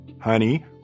Honey